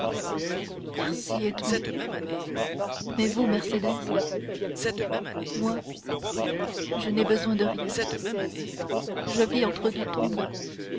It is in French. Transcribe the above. merci edmond mais vous mercédès moi je n'ai besoin de rien je vis entre deux tombes